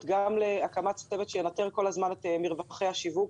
והן כוללות גם הקמת צוות שינטר כל הזמן את מרווחי השיווק.